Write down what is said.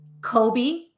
Kobe